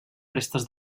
restes